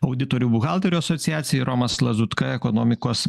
auditorių buhalterių asociacija ir romas lazutka ekonomikos